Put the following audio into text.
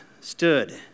stood